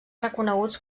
reconeguts